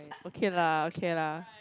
okay lah okay lah